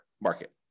market